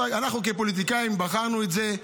אנחנו כפוליטיקאים בחרנו את זה,